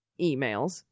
emails